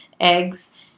eggs